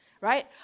Right